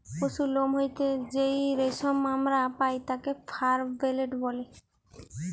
পশুর লোম হইতে যেই রেশম আমরা পাই তাকে ফার বলেটে